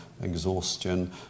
exhaustion